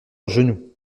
genou